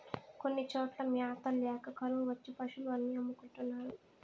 కొన్ని చోట్ల మ్యాత ల్యాక కరువు వచ్చి పశులు అన్ని అమ్ముకుంటున్నారు